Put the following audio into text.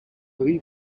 three